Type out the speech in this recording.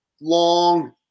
long